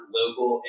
local